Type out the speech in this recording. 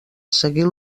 seguir